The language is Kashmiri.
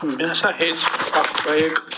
مےٚ نسا ہیٚچ اَکھ بایِک